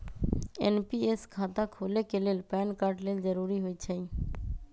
NPS खता खोले के लेल पैन कार्ड लेल जरूरी होइ छै